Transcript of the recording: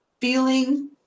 feeling